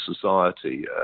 society